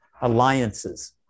alliances